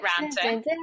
random